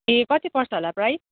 ए कति पर्छ होला प्राइज